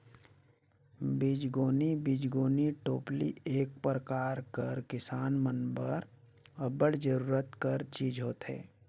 बीजगोनी बीजगोनी टोपली एक परकार कर किसान मन बर अब्बड़ जरूरत कर चीज होथे